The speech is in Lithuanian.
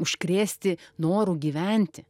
užkrėsti noru gyventi